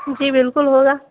جی بالکل ہوگا